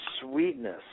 sweetness